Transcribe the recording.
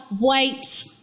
wait